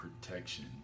protection